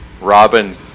Robin